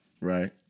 Right